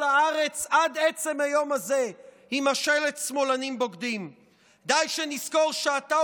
הארץ עד עצם היום עם השלט "שמאלנים בוגדים"; די שנזכור שאתה